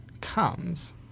comes